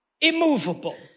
Immovable